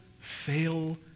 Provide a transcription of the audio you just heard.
fail